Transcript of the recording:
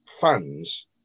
fans